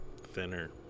Thinner